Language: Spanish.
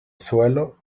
suelo